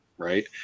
right